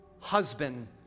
husband